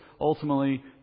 ultimately